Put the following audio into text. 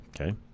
Okay